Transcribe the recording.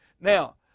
Now